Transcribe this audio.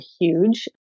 huge